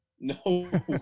No